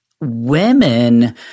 Women